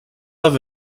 off